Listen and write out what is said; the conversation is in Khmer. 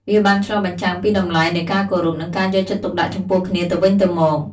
វាបានឆ្លុះបញ្ចាំងពីតម្លៃនៃការគោរព និងការយកចិត្តទុកដាក់ចំពោះគ្នាទៅវិញទៅមក។